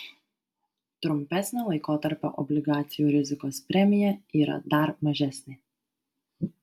trumpesnio laikotarpio obligacijų rizikos premija yra dar mažesnė